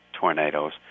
tornadoes